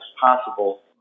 possible